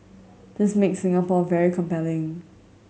this makes Singapore very compelling